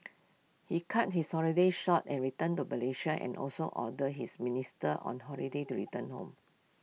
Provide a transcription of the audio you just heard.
he cut his holiday short and returned to Malaysia and also ordered his ministers on holiday to return home